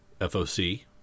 foc